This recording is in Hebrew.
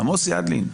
עמוס ידלין,